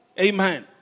amen